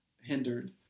hindered